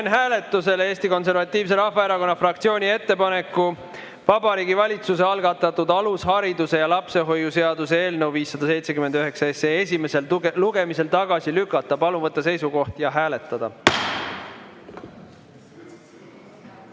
hääletusele Eesti Konservatiivse Rahvaerakonna fraktsiooni ettepaneku Vabariigi Valitsuse algatatud alushariduse ja lapsehoiu seaduse eelnõu 579 esimesel lugemisel tagasi lükata. Palun võtta seisukoht ja hääletada!